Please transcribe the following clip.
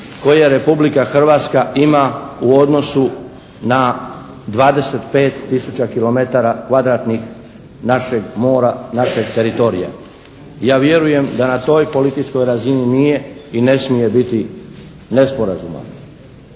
koje Republika Hrvatska ima u odnosu na 25 tisuća kilometara kvadratnih našeg mora, našeg teritorija. Ja vjerujem da na toj političkoj razini nije i ne smije biti nesporazuma.